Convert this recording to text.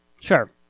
Sure